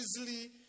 easily